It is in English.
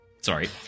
sorry